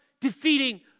defeating